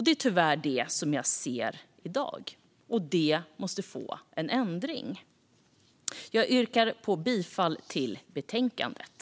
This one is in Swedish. Det är tyvärr det jag ser i dag, och det måste få en ändring. Jag yrkar bifall till förslaget i betänkandet.